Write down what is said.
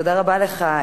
תודה רבה לך,